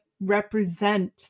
represent